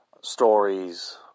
stories